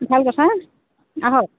ভাল কথা আহক